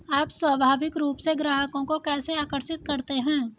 आप स्वाभाविक रूप से ग्राहकों को कैसे आकर्षित करते हैं?